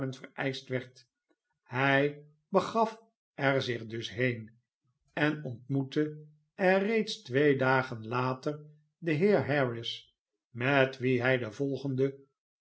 vereischt werd hij begaf er zich dus heen en ontmoette er reeds twee dagen later den heer harris met wien hij de volgende